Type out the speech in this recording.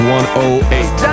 108